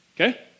Okay